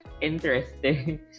interesting